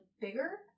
bigger